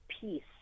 peace